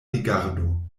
rigardo